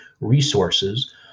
resources